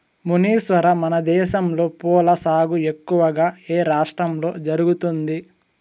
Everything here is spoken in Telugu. మునీశ్వర, మనదేశంలో పూల సాగు ఎక్కువగా ఏ రాష్ట్రంలో జరుగుతుంది